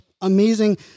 amazing